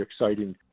exciting